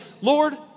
Lord